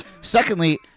Secondly